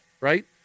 right